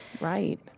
Right